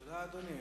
תודה, אדוני.